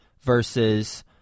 versus